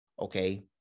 Okay